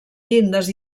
llindes